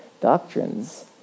doctrines